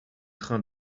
train